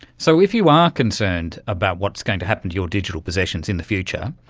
so if you are concerned about what's going to happen to your digital possessions in the future,